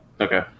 okay